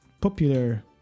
popular